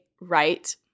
right